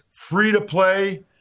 free-to-play